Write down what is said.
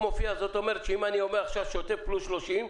זאת אומרת שאם אני אומר עכשיו שוטף פלוס 30,